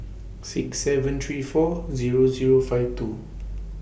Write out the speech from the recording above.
six seven three four Zero Zero five two